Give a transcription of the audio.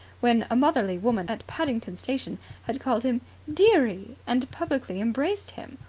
when a motherly woman at paddington station had called him dearie and publicly embraced him,